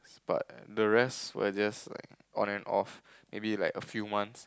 but the rest were just like on and off maybe like a few months